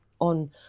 on